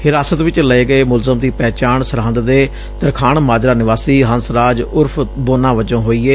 ਹਿਰਾਸਤ ਚ ਲਏ ਗਏ ਮੁਲਜ਼ਮ ਦੀ ਪਹਿਚਾਣ ਸਰਹਿੰਦ ਦੇ ਤਰਖਾਣ ਮਾਜਰਾ ਨਿਵਾਸੀ ਹੰਸਰਾਜ ਉਰਫ ਬੋਨਾ ਵਜੋਂ ਹੋਈ ਏ